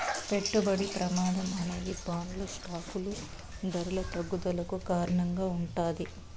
పెట్టుబడి ప్రమాదం అనేది బాండ్లు స్టాకులు ధరల తగ్గుదలకు కారణంగా ఉంటాది